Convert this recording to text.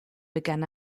begann